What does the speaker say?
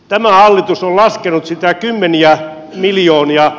tämä hallitus on laskenut sitä kymmeniä miljoonia